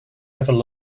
having